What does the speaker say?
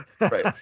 right